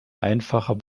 einfacher